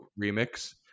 remix